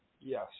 Yes